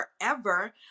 forever